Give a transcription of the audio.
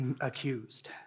accused